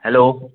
hello